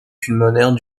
pulmonaire